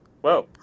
whoa